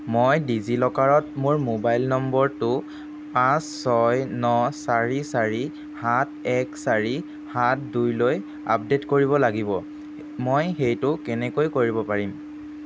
মই ডিজিলকাৰত মোৰ মোবাইল নম্বৰটো পাঁচ ছয় ন চাৰি চাৰি সাত এক চাৰি সাত দুইলৈ আপডেট কৰিব লাগিব মই সেইটো কেনেকৈ কৰিব পাৰিম